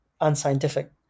unscientific